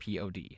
POD